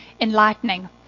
enlightening